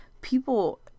people